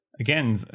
again